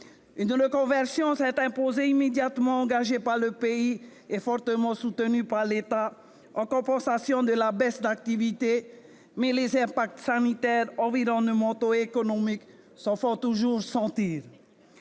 Une reconversion s'est imposée, immédiatement engagée par le pays et fortement soutenue par l'État, en compensation de la baisse d'activités. Mais les impacts sanitaires, environnementaux et économiques se font toujours sentir.